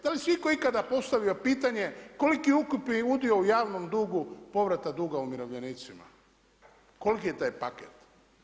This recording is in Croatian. Da li si je itko ikada postavio pitanje koliki ukupni udio u javnom dugu povrata duga umirovljenicima, koliki je taj paket?